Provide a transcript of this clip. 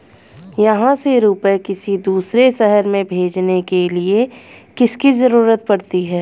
यहाँ से रुपये किसी दूसरे शहर में भेजने के लिए किसकी जरूरत पड़ती है?